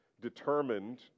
determined